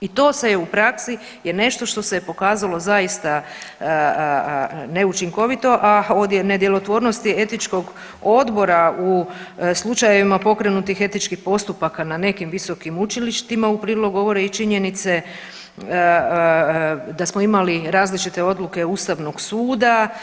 I to se je u praksi je nešto što se je pokazalo zaista neučinkovito, a o nedjelotvornosti etičkog odbora u slučajevima pokrenutih etičkih postupaka na nekim visokim učilištima u prilog govore i činjenice da smo imali različite odluke Ustavnog suda.